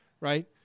right